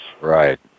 Right